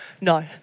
No